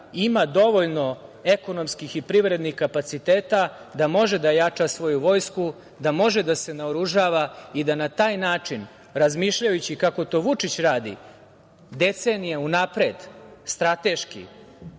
ima dovoljno ekonomskih i privrednih kapaciteta da može da jača svoju vojsku, da može da se naoružava i da na taj način, razmišljajući kako to Vučić radi, decenija unapred, strateški